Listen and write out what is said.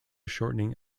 shortening